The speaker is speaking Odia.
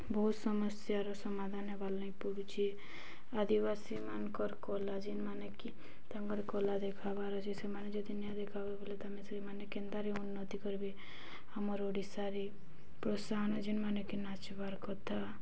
ବହୁତ ସମସ୍ୟାର ସମାଧାନ ହେବାର୍ ଲାଗି ପଡ଼ୁଚେ ଆଦିବାସୀମାନଙ୍କର କଲା ଯେନ୍ମାନେ କି ତାଙ୍କର କଲା ଦେଖବାର୍ ଅଛି ସେମାନେ ଯଦି ନିଆ ଦେଖାବେ ବଲେ ତମେ ସେମାନେ କେନ୍ତାରେ ଉନ୍ନତି କରିବେ ଆମର ଓଡ଼ିଶାରେ ପ୍ରୋତ୍ସାହନ ଯେନ୍ମାନେ କି ନାଚବାର କଥା